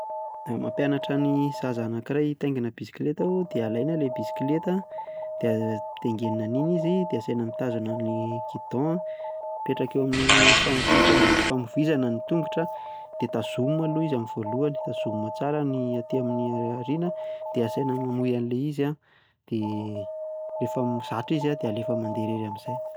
Raha mampianatra ny zaza anakiray hitaingina bisikileta aho dia alaina ilay bisikileta dia ampitaingenina an'iny izy, dia asaina mitazona amin'ny guidon dia apetraka eo amin'ny famo- fi- famovoizana ny tongotra, dia tazomina aloha izy amin'ny voalohany, tazomina tsara ny aty amin'ny aoriana, dia asaina mamoy an'ilay izy an, dia, rehefa m- zatra izy an dia alefa mandeha irery amin'izay.